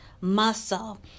muscle